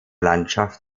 landschaft